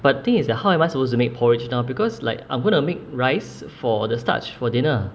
but thing is that how am I supposed to make porridge now because like I'm going to make rice for the starch for dinner